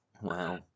Wow